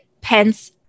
Pence